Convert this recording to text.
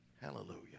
Hallelujah